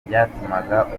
byatumaga